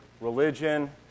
religion